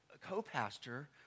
co-pastor